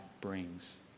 brings